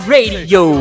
Radio